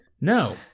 no